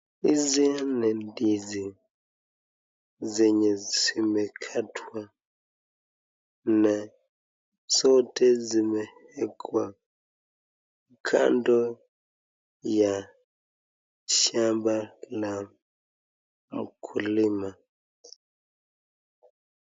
Hizi ni ndizi zenye zimekatwa na zote zimeekwa kando ya shamba la mkulima.